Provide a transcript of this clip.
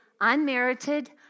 unmerited